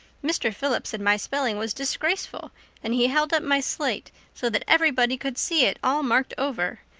mr. phillips said my spelling was disgraceful and he held up my slate so that everybody could see it, all marked over.